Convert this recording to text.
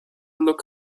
look